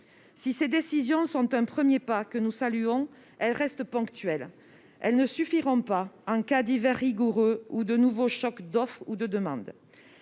Si ces décisions sont un premier pas que nous saluons, elles restent ponctuelles. Elles ne suffiront pas en cas d'hiver rigoureux ou de nouveau choc d'offre ou de demande.